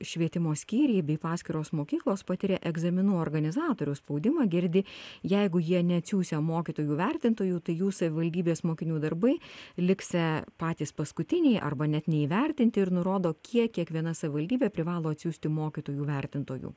švietimo skyriai bei paskiros mokyklos patiria egzaminų organizatorių spaudimą girdi jeigu jie neatsiųsią mokytojų vertintojų tai jų savivaldybės mokinių darbai liksią patys paskutiniai arba net neįvertinti ir nurodo kiek kiekviena savivaldybė privalo atsiųsti mokytojų vertintojų